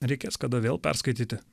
reikės kada vėl perskaityti